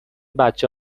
بچه